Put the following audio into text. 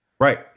Right